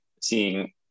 seeing